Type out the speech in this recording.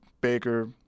Baker